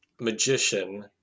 magician